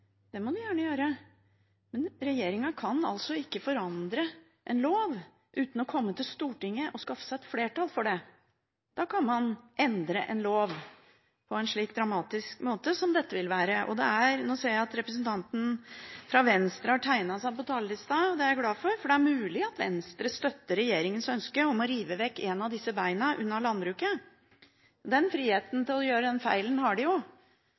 det må den gjerne gjøre. Men regjeringen kan ikke forandre en lov uten å komme til Stortinget og skaffe seg et flertall for det. Da kan man endre en lov på en slik dramatisk måte som dette vil være. Nå ser jeg at representanten fra Venstre har tegnet seg på talerlista. Det er jeg glad for, for det er mulig at Venstre støtter regjeringens ønske om å rive vekk et av disse beina unna landbruket. Den friheten til å gjøre den feilen har de jo.